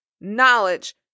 knowledge